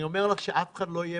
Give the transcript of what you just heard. אני אומרת לך שאף אחד לא יהיה